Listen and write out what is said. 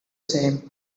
same